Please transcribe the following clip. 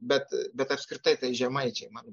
bet bet apskritai tai žemaičiai man